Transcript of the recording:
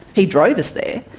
he drove us there.